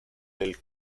del